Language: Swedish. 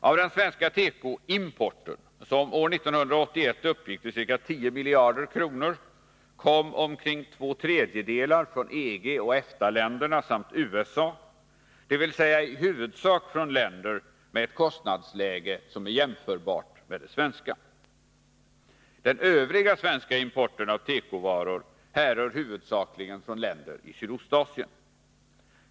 Av den svenska tekoimporten, som år 1981 uppgick till ca 10 miljarder kronor, kom omkring två tredjedelar från EG och EFTA-länderna samt USA, dvs. i huvudsak från länder med ett kostnadsläge som är jämförbart med det svenska. Den övriga svenska importen av tekovaror härrör huvudsakligen från länder i Sydostasien.